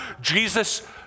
Jesus